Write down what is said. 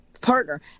partner